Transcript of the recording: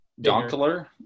Donkler